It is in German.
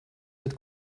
mit